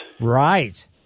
Right